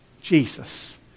Jesus